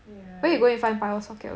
yeah